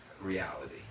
reality